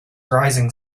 rising